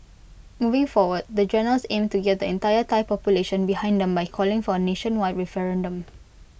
moving forward the generals aim to get the entire Thai population behind them by calling for A nationwide referendum